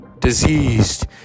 Diseased